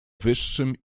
wyższym